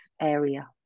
area